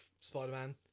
Spider-Man